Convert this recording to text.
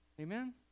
Amen